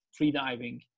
freediving